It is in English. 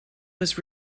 was